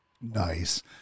Nice